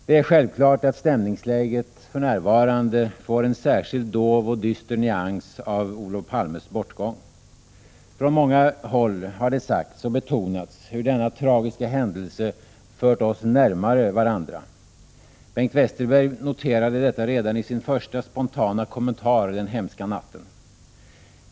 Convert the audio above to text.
Det är självklart att stämningsläget för närvarande får en särskilt dov och dyster nyans på grund av Olof Palmes bortgång. Från många håll har det sagts och betonats hur denna tragiska händelse fört oss närmare varandra. Bengt Westerberg noterade detta redan i sin första spontana kommentar den hemska natten.